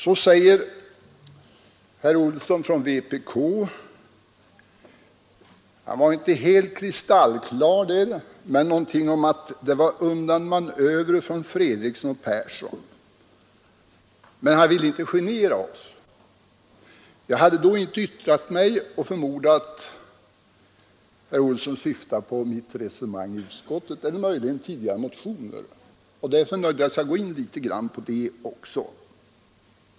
Så sade herr Olsson från vpk — han var inte helt kristallklar i detta stycke — någonting om att det var undanmanövrer från Fredriksson och Persson, men han ville inte genera oss. Jag hade då inte yttrat mig, och jag förmodar att herr Olsson syftade på mitt resonemang i utskottet eller möjligen i tidigare motioner, och därför skall jag gå in litet på detta också.